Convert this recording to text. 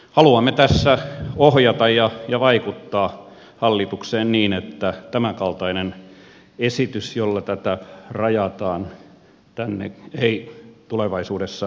haluamme tässä ohjata ja vaikuttaa hallitukseen niin että tämänkaltainen esitys jolla tätä rajataan tänne ei tulevaisuudessa tulisi